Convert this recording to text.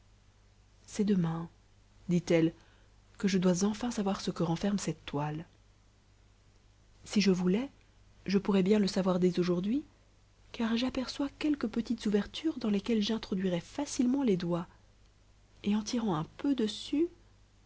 c'est demain dit-elle que je dois enfin savoir ce que renferme cette toile si je voulais je pourrais bien le savoir dès aujourd'hui car j'aperçois quelques petites ouvertures dans lesquelles j'introduirais facilement les doigts et en tirant un peu dessus